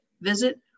visit